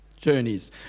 journeys